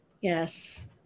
Yes